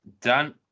Dan